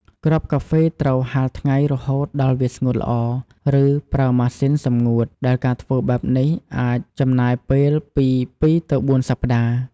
គ្រាប់កាហ្វេត្រូវហាលថ្ងៃរហូតដល់វាស្ងួតល្អ ឬប្រើម៉ាស៊ីនសម្ងួត ដែលការធ្វើបែបនេះអាចចំណាយពេលពី ២ ទៅ ៤ សប្ដាហ៍។